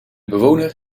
bewoner